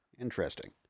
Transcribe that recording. Interesting